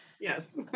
Yes